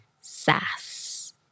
Sass